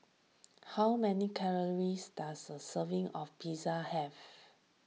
how many calories does a serving of Pizza have